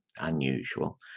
Unusual